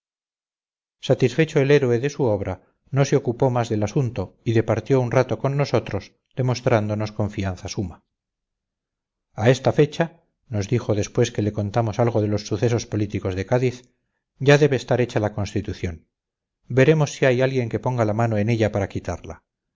satisfecho el héroe de su obra no se ocupó más del asunto y departió un rato con nosotros demostrándonos confianza suma a esta fecha nos dijo después que le contamos algo de los sucesos políticos de cádiz ya debe estar hecha la constitución veremos si hay alguien que ponga la mano en ella para quitarla